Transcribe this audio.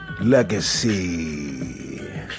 Legacy